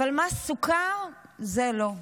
אבל מס סוכר, זה, לא.